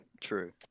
True